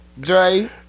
Dre